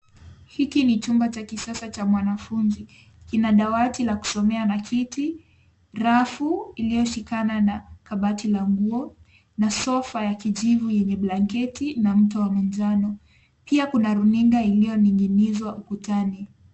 Hiki ni chumba cha kisasa cha mwanafunzi. Kina dawati la kusomea na kiti, rafu iliyoshikana na kabati la nguo, na sofa ya kijivu yenye blanketi na mto wa manjano. Pia kuna runinga iliyoning'inizwa ukutani.